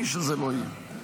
מי שזה לא יהיה.